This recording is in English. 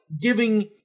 giving –